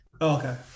okay